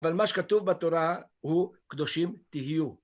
אבל מה שכתוב בתורה הוא: קדושים תהיו.